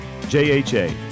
JHA